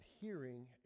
hearing